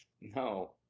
No